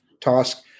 task